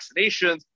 vaccinations